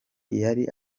yari